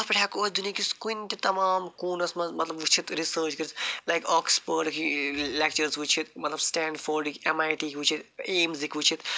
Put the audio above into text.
اَتھ پٮ۪ٹھ ہٮ۪کو أسۍ دُنہِکِس کُنہِ تہِ تمام کوٗنس منٛزمطلب وٕچھِتھ رِسٲرٕچ کٔرِتھ لایِک آکٕسفٲرڈ لٮ۪کچٲرٕس وٕچھِتھ مطلب سٕٹینٛڈفورڈٕکۍ اٮ۪م آے ٹی وٕچھِتھ ایمٕز ہیٚکہِ وٕچھِتھ